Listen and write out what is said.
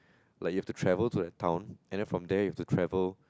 like you have to travel to that town and then from there you have to travel